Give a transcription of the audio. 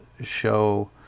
show